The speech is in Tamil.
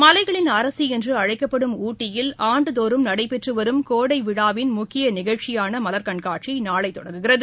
மலைகளின் அரசி என்று அழைக்கப்படும் ஊட்டியில் ஆண்டுதோறும் நடைபெற்று வரும் கோடை விழாவின் முக்கிய நிகழ்ச்சியான மலர் கண்காட்சி நாளை தொடங்குகிறது